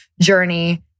journey